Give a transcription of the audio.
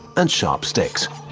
and sharp sticks.